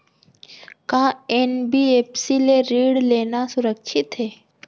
का एन.बी.एफ.सी ले ऋण लेना सुरक्षित हे?